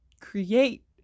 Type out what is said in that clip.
create